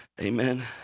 Amen